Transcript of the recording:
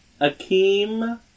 Akeem